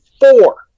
four